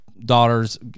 daughters